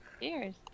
Cheers